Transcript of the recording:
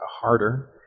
harder